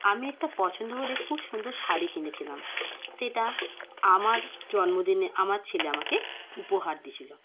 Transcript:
আমি একটা পছন্দ করে খুব সুন্দর শাড়ি কিনেছিলাম সেটা আমার জন্মদিনে আমার ছেলে আমাকে উপহার দিয়েছিল